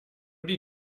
die